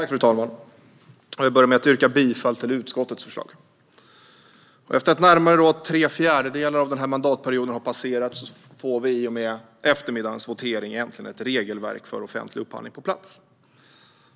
Fru talman! Jag vill börja med att yrka bifall till utskottets förslag. Efter att närmare tre fjärdedelar av den här mandatperioden har passerat får vi i och med eftermiddagens votering äntligen ett regelverk för offentlig upphandling på plats.